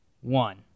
one